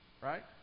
Right